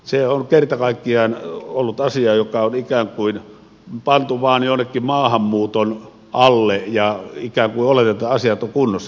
se on kerta kaikkiaan ollut asia joka on ikään kuin pantu vain jonnekin maahanmuuton alle ja ikään kuin oletetaan että asiat ovat kunnossa